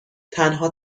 تنها